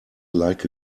like